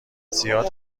زیاد